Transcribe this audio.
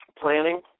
planning